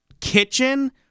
kitchen